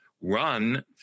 run